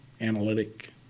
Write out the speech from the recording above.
analytic